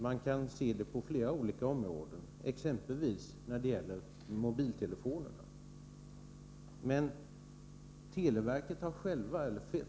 Man kan se det på flera olika områden, exempelvis när det gäller mobiltelefonerna.